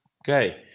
okay